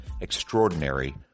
Extraordinary